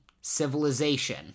civilization